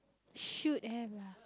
should have lah